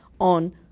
on